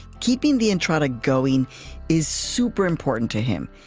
keeping the entrada going is super important to him.